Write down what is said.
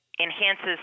enhances